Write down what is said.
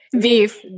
Beef